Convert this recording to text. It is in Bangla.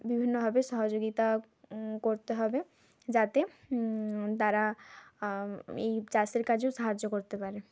বিভিন্নভাবে সহযোগিতা করতে হবে যাতে তারা এই চাষের কাজেও সাহায্য করতে পারে